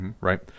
right